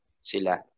Sila